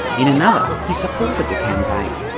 in another he supported the campaign.